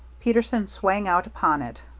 peterson sprang out upon it.